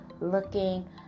looking